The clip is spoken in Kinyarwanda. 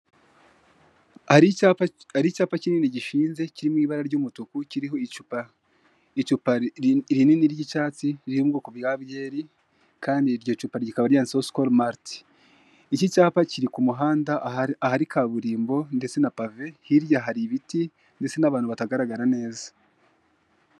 Hari icyapa kinini gishinze kiri mu ibara ry'umutuku kiriho icupa rinini ry'icyatsi ririmo bya byeri kandi iryo cupa rikaba ryanditseho sikoro marite. Iki cyapa kiri ku muhanda ahari kaburimbo ndetse na pave hirya hari ibiti ndetse n'abantu batagaragara neza.